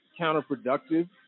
counterproductive